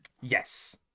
Yes